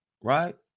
right